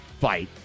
fight